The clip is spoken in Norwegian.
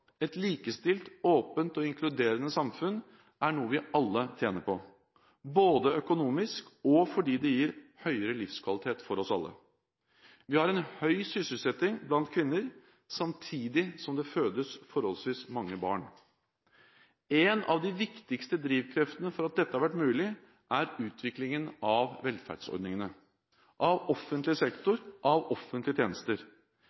Et likestilt, åpent og inkluderende samfunn er noe vi alle tjener på, både økonomisk og fordi det gir høyere livskvalitet for oss alle. Vi har en høy sysselsetting blant kvinner, samtidig som det fødes forholdsvis mange barn. En av de viktigste drivkreftene for at dette har vært mulig, er utviklingen av velferdsordningene, av offentlig